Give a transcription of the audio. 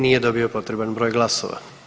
Nije dobio potreban broj glasova.